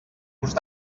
gust